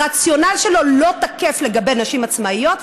הרציונל שלו לא תקף לגבי נשים עצמאיות,